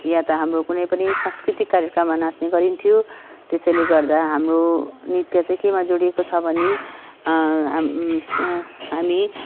या त हाम्रो कुनै पनि सांस्कृतिक कार्यक्रम नाच्ने गरिन्थ्यो त्यसैले हाम्रो नृत्य चाहिँ केमा जोडिएको छ भने हामी